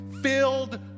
filled